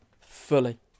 Fully